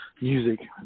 music